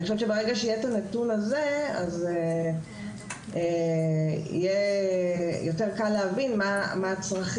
אני חושבת שברגע שיהיה את הנתון הזה אז יהיה יותר קל להבין מה הצרכים,